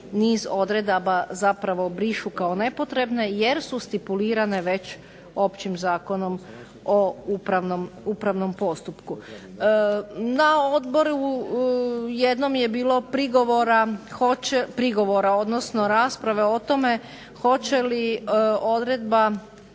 niz odredaba zapravo brišu kao nepotrebne jer su stipulirane već Općim zakonom o upravnom postupku. Na odboru jednom je bilo prigovora, odnosno rasprave o tome hoće li odredba